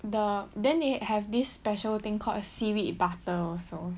the then they have this special thing called a seaweed butter also